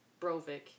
Brovik